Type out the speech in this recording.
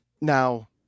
Now